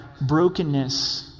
brokenness